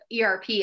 ERP